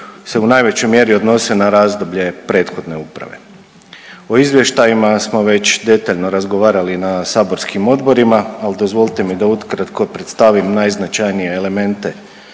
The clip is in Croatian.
se u najvećoj mjeri odnose na razdoblje prethodne uprave. O izvještajima smo već detaljno razgovarali na saborskim odborima, ali dozvolite mi da ukratko predstavim najznačajnije elemente